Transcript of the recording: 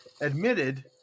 admitted